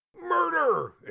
Murder